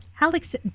Alex